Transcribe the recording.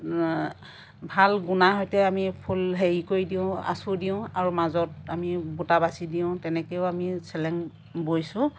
ভাল গুণাৰ সৈতে আমি ফুল হেৰি কৰি দিওঁ আঁচু দিওঁ আৰু মাজত আমি বুটা বাচি দিওঁ তেনেকৈও আমি চেলেং বৈছোঁ